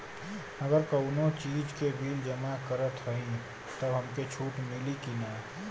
अगर कउनो चीज़ के बिल जमा करत हई तब हमके छूट मिली कि ना?